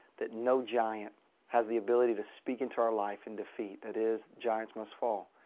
that no giant has the ability to speak into our life in defeat. that is, giants must fall.